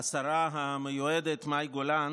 השרה המיועדת מאי גולן,